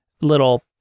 little